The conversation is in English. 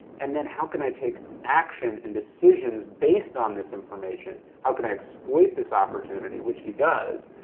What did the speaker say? and then how can i take action and decisions based on this information, how can i exploit this opportunity, which he does,